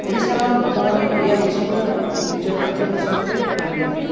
ଓଡ଼ିଶାର ଲୋକମାନେ ଓଡ଼ିଆ ଭାଷାକୁ ନିଜ ମାତୃଭାଷା ରୂପେ ମାନି ନେଇଥାନ୍ତି